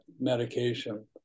medication